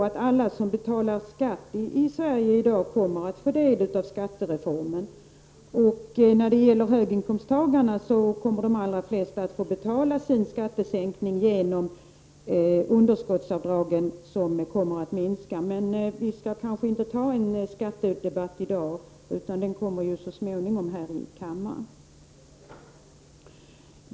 Alla som betalar skatt i Sverige i dag kommer att få del av skattereformen, och de allra flesta höginkomsttagarna kommer att få betala sin skattesänkning genom minskade underskottsavdrag. Vi kanske inte skall ta en skattedebatt i dag, utan den kommer så småningom här i kammaren.